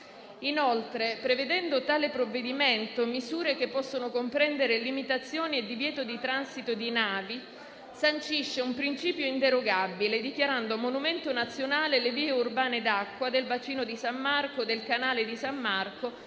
Inoltre, prevedendo tale provvedimento misure che possono comprendere limitazioni e divieto di transito di navi, sancisce un principio inderogabile, dichiarando monumento nazionale le vie urbane d'acqua del bacino di San Marco, del canale di San Marco